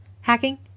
Hacking